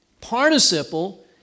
participle